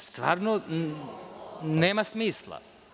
Stvarno nema smisla!